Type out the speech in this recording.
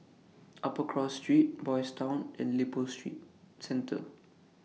Upper Cross Street Boys' Town and Lippo Street Centre